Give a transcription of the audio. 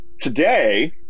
today